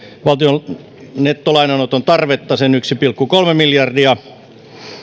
valtion nettolainanoton tarvetta sen yksi pilkku kolme miljardia